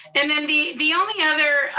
and then the the only other